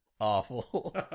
Awful